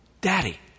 Daddy